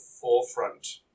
forefront